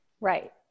Right